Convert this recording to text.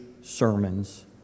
sermons